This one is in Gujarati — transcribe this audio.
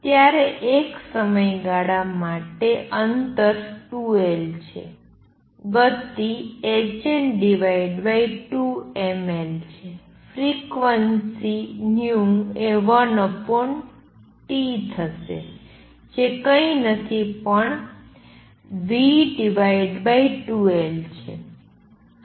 ત્યારે એક સમયગાળા માટે અંતર 2L છે ગતિ hn2mL છે ફ્રિક્વન્સી એ 1T થશે જે કંઇ નથી પણ v2L છે